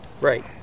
Right